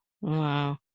Wow